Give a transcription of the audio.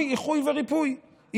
תודה, אדוני היושב-ראש, ברשותך.